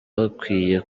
bakwiye